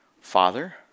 Father